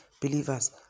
believers